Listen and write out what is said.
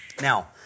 Now